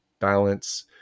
balance